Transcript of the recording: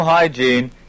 Hygiene